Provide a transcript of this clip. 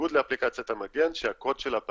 בניגוד לאפליקציית המגן שהקוד שלה פתוח,